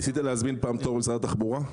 ניסית פעם להזמין תור במשרד התחבורה?